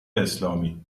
اسلامی